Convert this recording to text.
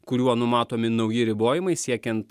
kuriuo numatomi nauji ribojimai siekiant